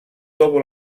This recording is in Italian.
dopo